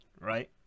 right